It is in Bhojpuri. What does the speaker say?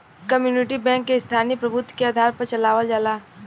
कम्युनिटी बैंक के स्थानीय प्रभुत्व के आधार पर चलावल जाला